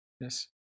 Yes